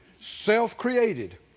self-created